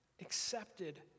accepted